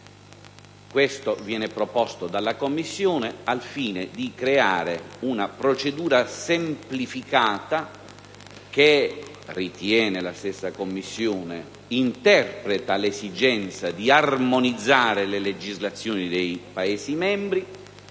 Questo viene proposto dalla Commissione europea al fine di creare una procedura semplificata che - ritiene la stessa Commissione - interpreti l'esigenza di armonizzare le legislazioni dei Paesi membri